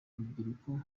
rubyiruko